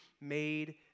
made